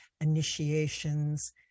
initiations